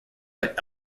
but